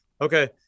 Okay